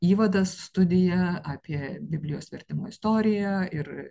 įvadas studija apie biblijos vertimo istoriją ir